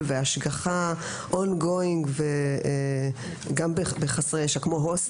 והשגחה On going גם בחסרי ישע כמו הוסטלים.